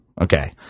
Okay